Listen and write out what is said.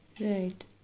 Right